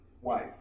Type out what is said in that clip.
wife